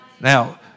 Now